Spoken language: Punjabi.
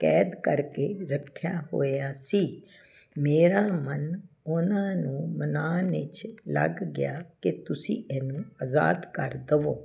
ਕੈਦ ਕਰਕੇ ਰੱਖਿਆ ਹੋਇਆ ਸੀ ਮੇਰਾ ਮਨ ਉਹਨਾਂ ਨੂੰ ਮਨਾਉਣ ਵਿੱਚ ਲੱਗ ਗਿਆ ਕਿ ਤੁਸੀਂ ਇਹਨੂੰ ਆਜ਼ਾਦ ਕਰ ਦੇਵੋ